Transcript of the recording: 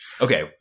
Okay